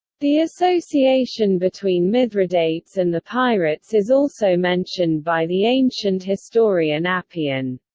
the association between mithridates and the pirates is also mentioned by the ancient historian appian.